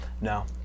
No